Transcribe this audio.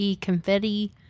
confetti